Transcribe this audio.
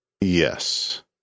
Yes